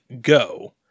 go